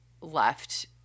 left